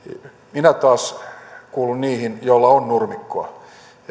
minä taas kuulun niihin joilla on nurmikkoa